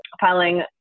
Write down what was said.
filing